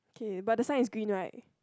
okay but the sign is green right